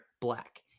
black